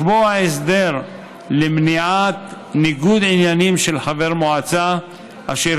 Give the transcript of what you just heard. לקבוע הסדר למניעת ניגוד עניינים של חבר מועצה אשר